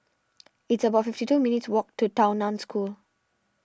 it's about fifty two minutes' walk to Tao Nan School